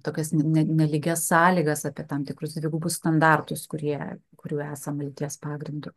tokias ne nelygias sąlygas apie tam tikrus dvigubus standartus kurie kurių esama vilties pagrindu